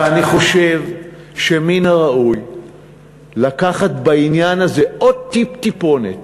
אני חושב שמן הראוי לקחת בעניין הזה עוד טיפ-טיפונת